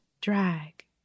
Drag